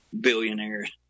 billionaires